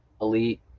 elite